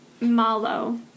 malo